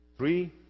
Three